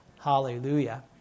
hallelujah